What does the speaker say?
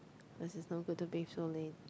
cause it is no good to bathe so late